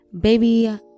baby